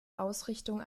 ausrichtung